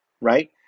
right